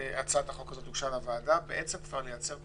לפני שהצעת החוק הזאת הוגשה לוועדה לייצר את